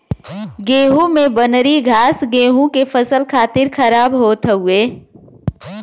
गेंहू में बनरी घास गेंहू के फसल खातिर खराब होत हउवे